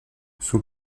son